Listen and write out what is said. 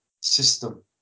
system